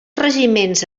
regiments